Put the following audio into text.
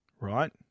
right